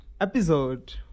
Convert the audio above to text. episode